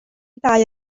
dau